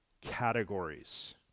categories